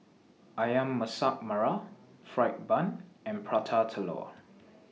Ayam Masak Merah Fried Bun and Prata Telur